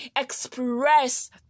express